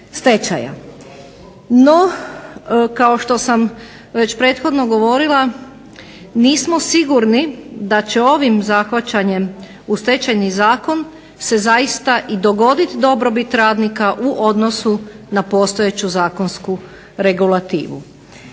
No kao što sam već prethodno govorila, nismo sigurni da će ovim zahvaćanjem u Stečajni zakon se zaista i dogodit dobrobit radnika u odnosu na postojeću zakonsku regulativu.